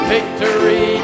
Victory